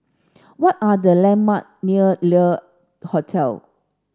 what are the landmark near Le Hotel